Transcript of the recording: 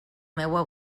meua